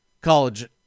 college